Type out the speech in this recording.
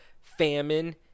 famine